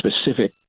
specific